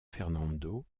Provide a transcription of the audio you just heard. fernando